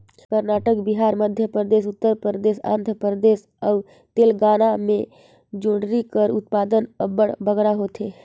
करनाटक, बिहार, मध्यपरदेस, उत्तर परदेस, आंध्र परदेस अउ तेलंगाना में जोंढरी कर उत्पादन अब्बड़ बगरा होथे